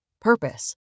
Purpose